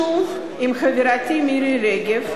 שוב עם חברתי מירי רגב,